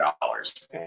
dollars